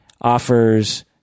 offers